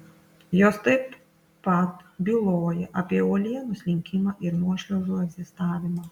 jos taip pat byloja apie uolienų slinkimą ir nuošliaužų egzistavimą